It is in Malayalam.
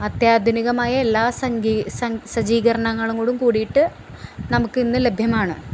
അത്യാധുനികമായ എല്ലാ സജീകരണങ്ങളോടും കൂടിയിട്ട് നമുക്കിന്ന് ലഭ്യമാണ്